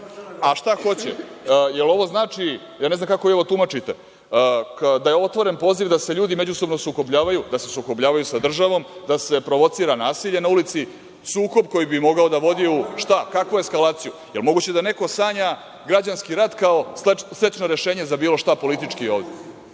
šta hoće? Jel ovo znači, ja ne znam kako ovo tumačite, da je otvoren poziv da se ljudi međusobno sukobljavaju, da se sukobljavaju sa državom, da se provocira nasilje na ulici, sukob koji bi mogao da vodi, šta u kakvu eskalaciju, jel moguće da neko sanja građanski rat, kao srećno rešenje za bilo šta, politički ovde? Još